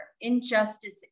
Injustice